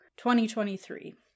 2023